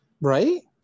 Right